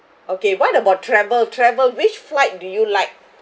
okay what about travel travel which flight do you like